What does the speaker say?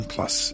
Plus